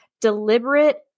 deliberate